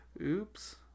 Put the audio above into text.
Oops